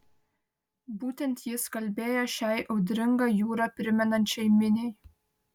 būtent jis kalbėjo šiai audringą jūrą primenančiai miniai